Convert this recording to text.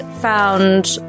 found